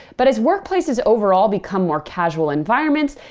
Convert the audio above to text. but as workplaces overall become more casual environments,